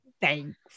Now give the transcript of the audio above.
Thanks